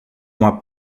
uma